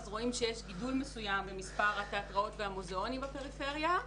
אז רואים שיש גידול מסוים במספר התיאטראות והמוזיאונים בפריפריה,